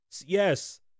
Yes